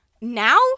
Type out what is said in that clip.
Now